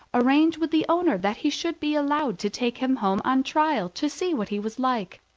arranged with the owner that he should be allowed to take him home on trial to see what he was like.